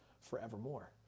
forevermore